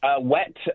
wet